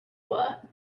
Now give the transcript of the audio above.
were